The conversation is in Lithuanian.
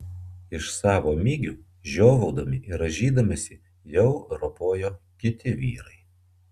iš savo migių žiovaudami ir rąžydamiesi jau ropojo kiti vyrai